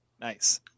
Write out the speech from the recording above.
Nice